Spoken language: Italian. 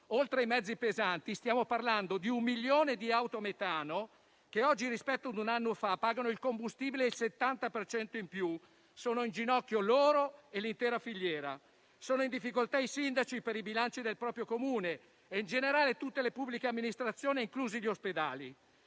Oltre ai mezzi pesanti, stiamo parlando di un milione di auto a metano che oggi rispetto a un anno fa pagano il combustibile il 70 per cento in più. Sono in ginocchio loro e l'intera filiera. Sono in difficoltà i sindaci per i bilanci del proprio Comune e, in generale, tutte le pubbliche amministrazioni, inclusi gli ospedali.